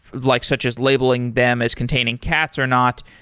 like such as labeling them as containing cats or not,